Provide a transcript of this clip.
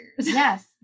Yes